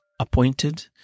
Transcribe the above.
appointed